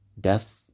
death